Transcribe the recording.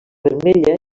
vermella